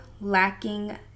lacking